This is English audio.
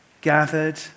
Gathered